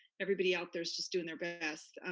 everybody out there's just doing their best,